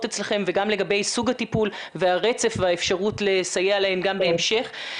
אצלכם וגם לגבי סוג הטיפול והרצף והאפשרות לסייע להן גם בהמשך.